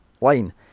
line